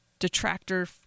detractor